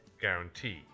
guarantee